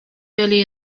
early